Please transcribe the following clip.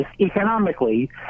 economically